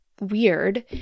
weird